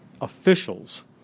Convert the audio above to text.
officials